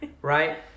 right